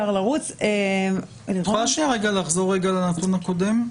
את יכולה לחזור לנתון הקודם?